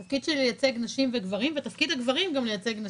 התפקיד שלי הוא לייצג נשים וגברים ותפקיד הגברים גם לייצג נשים.